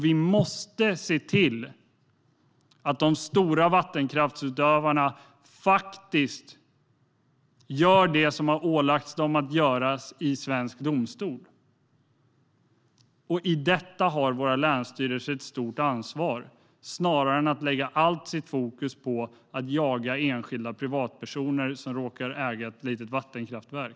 Vi måste se till att de stora vattenkraftsutövarna faktiskt gör det som de har ålagts av svensk domstol att göra. Våra länsstyrelser har ett stort ansvar när det gäller att lägga fokus på detta snarare än att jaga enskilda privatpersoner som råkar äga ett litet vattenkraftverk.